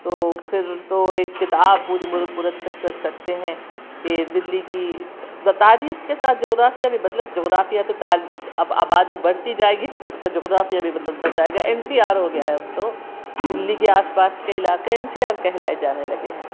تو پھر تو ایک کتاب پوری مرتب کر سکتے ہیں کہ دِلی کی تاریخ کے ساتھ جغرافیہ بھی بدلہ جغرافیہ تو تا اب آبادی بڑھتی جائے گی تو اِس کا جغرافیہ بھی بدلتا جائے گا این سی آر ہو گیا ہے اب تو دِلی کے آس پاس کے علاقے این سی آر کہلائے جانے لگے ہیں